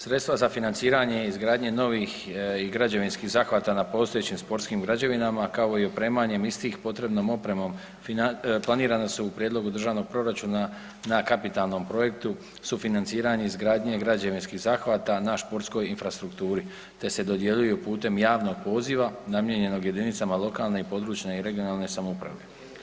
Sredstva za financiranje i izgradnju novih i građevinskih zahvata na postojećim sportskim građevinama kao i opremanjem istih potrebnom opremom planirana su u prijedlogu državnog proračuna na kapitalnom projektu sufinanciranje izgradnje građevinskih zahvata na sportskoj infrastrukturi te se dodjeljuju putem javnog poziva namijenjenog jedinicama lokalne, područne (regionalne) samouprave.